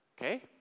Okay